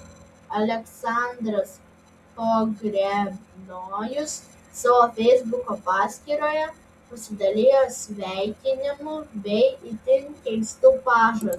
aleksandras pogrebnojus savo feisbuko paskyroje pasidalijo sveikinimu bei itin keistu pažadu